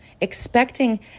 expecting